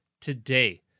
today